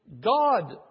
God